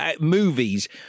movies